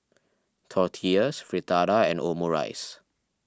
Tortillas Fritada and Omurice